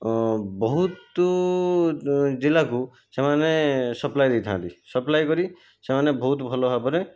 ବହୁତ ଜିଲ୍ଲାକୁ ସେମାନେ ସପ୍ଲାଏ ଦେଇଥାନ୍ତି ସପ୍ଲାଏ କରି ସେମାନେ ବହୁତ୍ ଭଲ ଭାବରେ